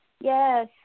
Yes